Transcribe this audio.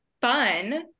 fun